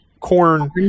corn